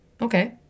Okay